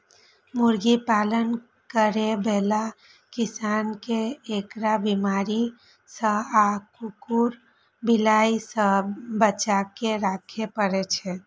मुर्गी पालन करै बला किसान कें एकरा बीमारी सं आ कुकुर, बिलाय सं बचाके राखै पड़ै छै